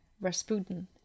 Rasputin